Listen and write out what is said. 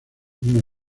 una